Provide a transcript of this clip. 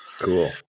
Cool